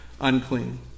unclean